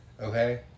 Okay